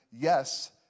yes